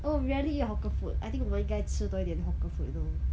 oh rarely eat hawker food I think 我们应该吃多一点 hawker food know